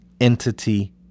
entity